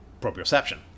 proprioception